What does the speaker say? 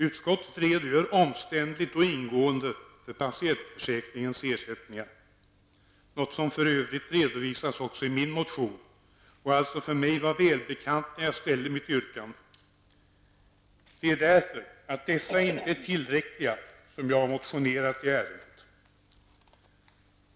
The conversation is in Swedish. Utskottet redogör omständligt och ingående för patientförsäkringens ersättningsregler, något som för övrigt redovisas också i min motion och alltså för mig var välbekant när jag framställde mitt yrkande. Det är för att ersättningarna inte är tillräckliga som jag har motionerat i ärendet.